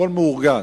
הכול מאורגן.